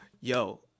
Yo